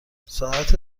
ساعت